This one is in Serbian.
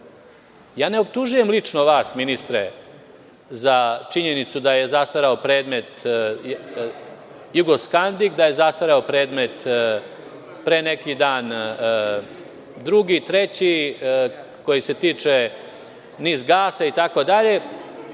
Ne optužujem lično vas ministre za činjenicu da je zastareo predmet „Jugoskandik“, da je zastareo predmet pre neki dan drugi, treći koji se tiče „NIS gas“ itd, ali